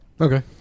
Okay